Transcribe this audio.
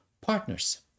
partners